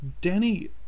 danny